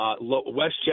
Westchester